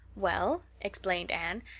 well, explained anne,